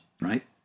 Right